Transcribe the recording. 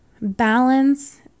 balance